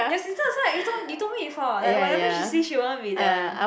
your sister also like you told me you told me before like whatever she sees she want to be that one